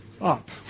up